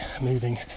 moving